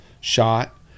shot